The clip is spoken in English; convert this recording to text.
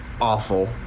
Awful